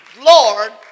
Lord